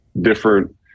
different